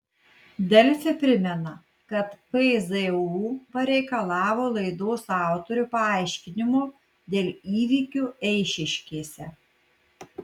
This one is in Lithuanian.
delfi primena kad pzu pareikalavo laidos autorių paaiškinimo dėl įvykių eišiškėse